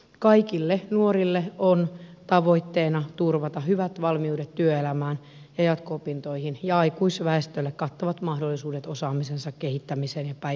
kaikille nuorille on tavoitteena turvata hyvät valmiudet työelämään ja jatko opintoihin ja aikuisväestölle kattavat mahdollisuudet osaamisensa kehittämiseen ja päivittämiseen